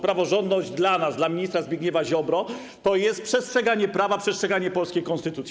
Praworządność dla nas, dla ministra Zbigniewa Ziobro to jest przestrzeganie prawa, przestrzeganie polskiej konstytucji.